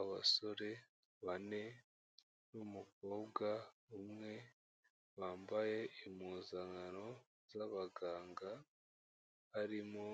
Abasore bane n'umukobwa umwe bambaye impuzankano z'abaganga, harimo